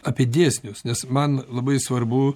apie dėsnius nes man labai svarbu